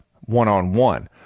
one-on-one